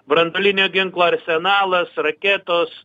branduolinio ginklo arsenalas raketos